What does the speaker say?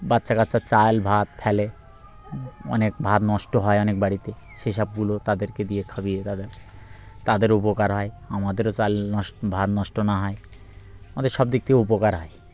বাচ্চা কাচ্ছা চাল ভাত ফেলে অনেক ভাত নষ্ট হয় অনেক বাড়িতে সেই সবগুলো তাদেরকে দিয়ে খাবিয়ে তাদের তাদেরও উপকার হয় আমাদেরও চাল নষ্ট ভাত নষ্ট না হয় আমাদের সব দিক থেকে উপকার হয়